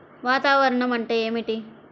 వాతావరణం అంటే ఏమిటి?